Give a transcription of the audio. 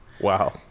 Wow